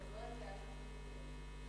שעובר לקריאה שלישית, כן.